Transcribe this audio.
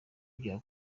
bya